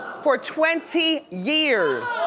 for twenty years!